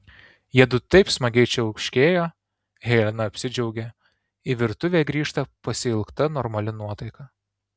jiedu taip smagiai čiauškėjo helena apsidžiaugė į virtuvę grįžta pasiilgta normali nuotaika